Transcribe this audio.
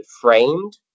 framed